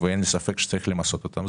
אין לי ספק שצריך למסות אותם.